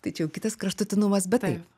tai čia jau kitas kraštutinumas bet taip